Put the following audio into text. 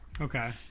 Okay